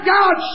God